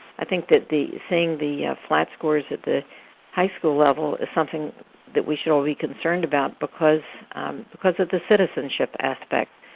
i think that seeing the flat scores at the high school level is something that we should all be concerned about because because of the citizenship aspect,